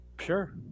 sure